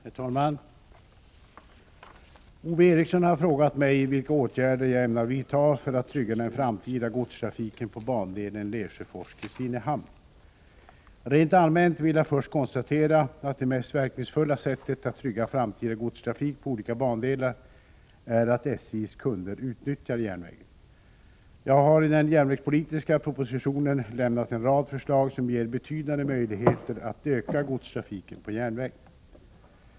Herr talman! Ove Eriksson har frågat mig vilka åtgärder jag ämnar vidta för att trygga den framtida godstrafiken på bandelen Lesjöfors-Kristinehamn. Rent allmänt vill jag först konstatera att det mest verkningsfulla sättet att trygga framtida godstrafik på olika bandelar är att SJ:s kunder utnyttjar järnvägen. Jag har i den järnvägspolitiska propositionen lämnat en rad förslag som ger betydande möjligheter att öka godstrafiken på järnväg.